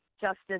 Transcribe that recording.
justice